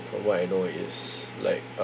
from what I know is like uh